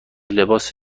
لباس